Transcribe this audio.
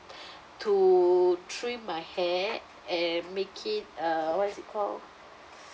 to trim my hair and make it uh what is it call